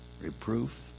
Reproof